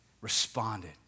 responded